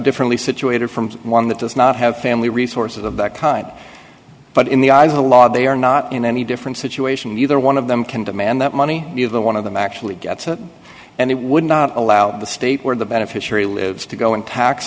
differently situated from one that does not have family resources of that time but in the eyes of the law they are not in any different situation neither one of them can demand that money be the one of them actually gets and he would not allow the state where the beneficiary lives to go and